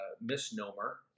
misnomer